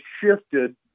shifted